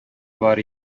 бар